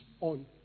on